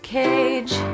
cage